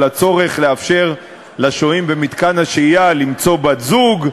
הצורך לאפשר לשוהים במתקן השהייה למצוא בת-זוג,